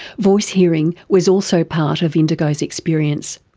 voice hearing was also part of indigo's experience.